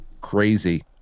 crazy